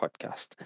podcast